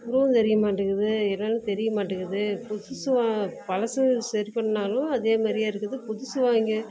உருவம் தெரிய மாட்டேங்குது என்னென்னு தெரிய மாட்டேங்குது புதுசு பழசு சரி பண்ணிணாலும் அதே மாதிரியே இருக்குது புதுசு வாங்கி